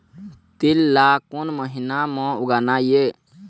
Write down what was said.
तील ला कोन महीना म उगाना ये?